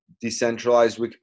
decentralized